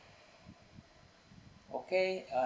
okay uh